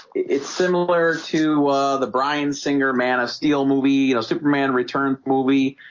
it's similar to the bryan singer man of steel movie you know superman returns movie